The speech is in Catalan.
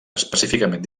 específicament